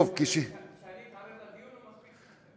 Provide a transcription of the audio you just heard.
שאני אתערב בדיון, או מספיק שניכם?